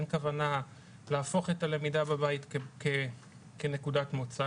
אין כוונה להפוך את הלמידה בבית כנקודת מוצא,